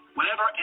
Whenever